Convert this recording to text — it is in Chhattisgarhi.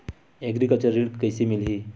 एग्रीकल्चर ऋण कइसे मिलही?